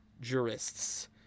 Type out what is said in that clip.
jurists